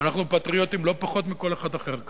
ואנחנו פטריוטים לא פחות מכל אחד אחר כאן.